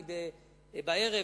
בערב,